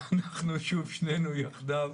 ואנחנו שוב שנינו יחדיו.